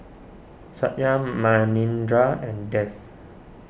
Satya Manindra and Dev